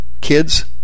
kids